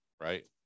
right